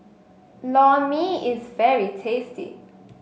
Lor Mee is very tasty